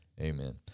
Amen